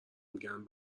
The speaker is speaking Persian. میگن